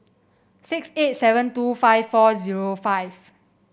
six eight seven two five four zero five